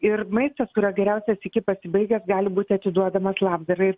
ir maistas kurio geriausias iki pasibaigęs gali būti atiduodamas labdarai